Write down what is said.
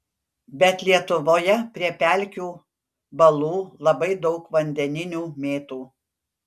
bet lietuvoje prie pelkių balų labai daug vandeninių mėtų